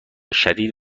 شدید